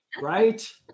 right